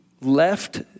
left